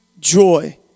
joy